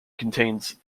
contains